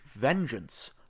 vengeance